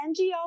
NGO